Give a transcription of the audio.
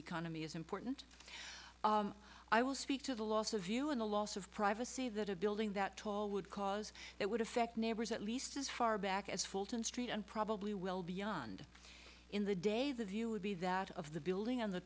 economy is important i will speak to the loss of you in the loss of privacy that a building that tall would cause it would affect neighbors at least as far back as fulton street and probably well beyond in the day the view would be that of the building on the